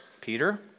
Peter